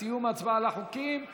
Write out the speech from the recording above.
בסיום ההצבעה על החוקים היא